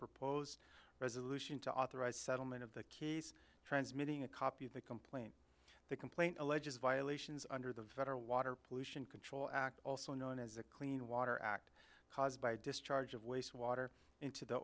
proposed resolution to authorize settlement of the keys transmitting a copy of the complaint the complaint alleges violations under the federal water pollution control act also known as a clean water act caused by discharge of wastewater into the